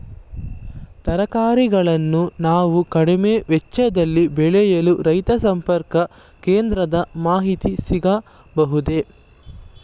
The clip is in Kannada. ತರಕಾರಿಗಳನ್ನು ನಾನು ಕಡಿಮೆ ವೆಚ್ಚದಲ್ಲಿ ಬೆಳೆಯಲು ರೈತ ಸಂಪರ್ಕ ಕೇಂದ್ರದ ಮಾಹಿತಿ ಸಿಗಬಹುದೇ?